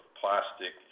plastic